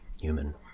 human